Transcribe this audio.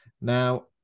now